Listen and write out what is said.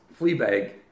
Fleabag